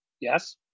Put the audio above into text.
Yes